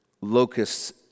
locusts